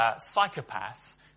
psychopath